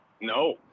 No